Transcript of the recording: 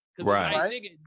right